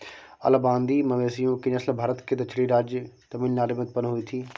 अलंबादी मवेशियों की नस्ल भारत के दक्षिणी राज्य तमिलनाडु में उत्पन्न हुई थी